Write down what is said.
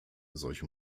solche